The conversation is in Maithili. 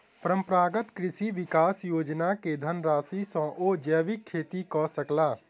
परंपरागत कृषि विकास योजना के धनराशि सॅ ओ जैविक खेती कय सकला